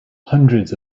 hundreds